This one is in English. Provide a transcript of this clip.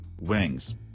Wings